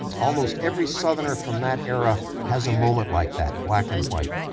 almost every southerner from that era has a moment like that, black and white.